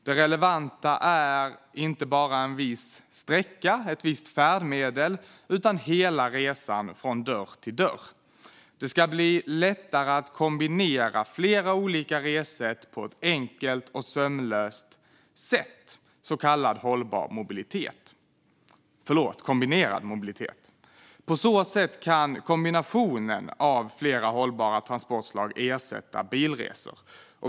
Det relevanta är inte bara en viss sträcka och ett visst färdmedel utan hela resan från dörr till dörr. Det ska bli lättare att kombinera flera olika resesätt på ett enkelt och sömlöst sätt, så kallad kombinerad mobilitet. På så sätt kan kombinationen av flera hållbara transportslag ersätta bilresor.